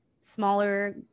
smaller